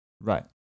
Right